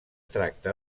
tracta